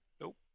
Nope